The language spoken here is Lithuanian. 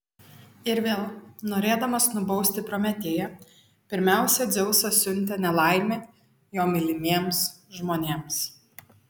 ir vėl norėdamas nubausti prometėją pirmiausia dzeusas siuntė nelaimę jo mylimiems žmonėms